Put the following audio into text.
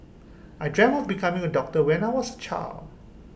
I dreamt of becoming A doctor when I was A child